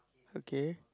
okay